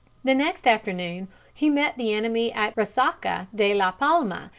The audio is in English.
the next afternoon he met the enemy at resaca de la palma,